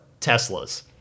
Teslas